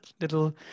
little